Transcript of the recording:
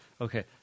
Okay